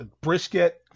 brisket